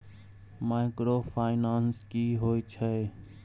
Microfinance की होय छै?